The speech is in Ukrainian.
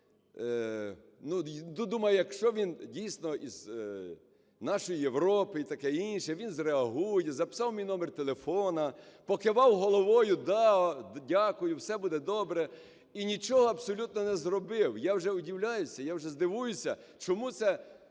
думає, якщо він, дійсно, із нашої Європи і таке інше, він зреагує, записав мій номер телефону, покивав головою, да, дякую, все буде добре, і нічого абсолютно не зробив. Я вже удивляюсь, я вже